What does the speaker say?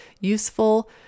useful